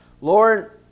Lord